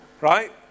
right